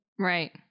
right